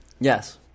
Yes